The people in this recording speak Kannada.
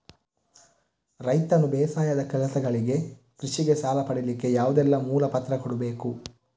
ರೈತನು ಬೇಸಾಯದ ಕೆಲಸಗಳಿಗೆ, ಕೃಷಿಗೆ ಸಾಲ ಪಡಿಲಿಕ್ಕೆ ಯಾವುದೆಲ್ಲ ಮೂಲ ಪತ್ರ ಕೊಡ್ಬೇಕು?